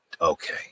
okay